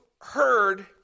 heard